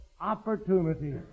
opportunity